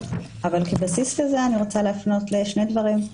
אבל כבסיס לזה אני רוצה להפנות לשני דברים.